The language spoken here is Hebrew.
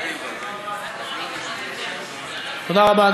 תודה רבה.